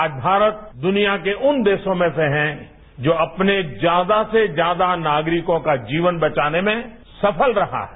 आज भारत दुनिया के उन देशों में से हैं जो अपने ज्यादा से ज्यादा नागरिकों का जीवन बचाने में सफल रहा है